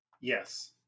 Yes